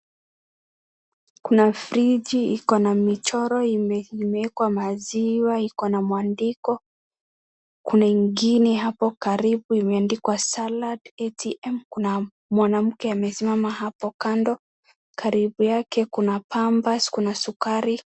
Kuna fridge iko na michoro imewekwa maziwa na iko na mwandiko, kuna ingine hapo karibu kwa salad ATM kuna mwanamke amesimamahapo kando, karibu yake kuna Pampers , kuna sukari.